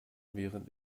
während